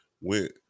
went